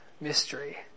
Mystery